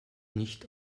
nicht